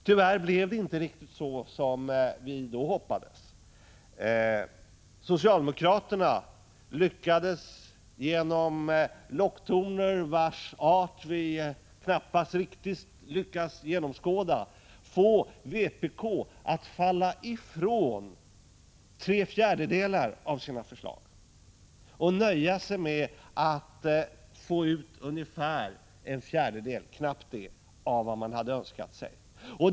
Tyvärr blev det inte riktigt som vi då hoppades. Socialdemokraterna lyckades genom locktoner, vars art vi knappast riktigt lyckats genomskåda, få vpk att avstå ifrån tre fjärdedelar av sina förslag och nöja sig med att få ut knappt en fjärdedel av det man hade önskat sig.